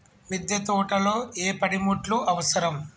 మిద్దె తోటలో ఏ పనిముట్లు అవసరం?